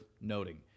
noting